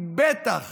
היא בטח